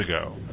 ago